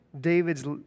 David's